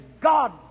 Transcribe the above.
God